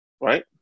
right